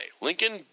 Lincoln